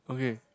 okay